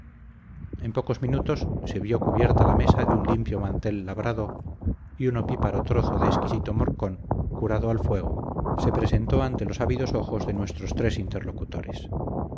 en pocos minutos se vio cubierta la mesa de un limpio mantel labrado y un opíparo trozo de exquisito morcón curado al fuego se presentó ante los ávidos ojos de nuestros tres interlocutores